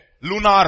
Lunar